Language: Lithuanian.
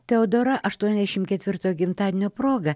teodora aštuoniasdešimt ketvirto gimtadienio proga